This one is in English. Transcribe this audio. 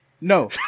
No